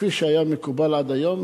כפי שהיה מקובל עד היום.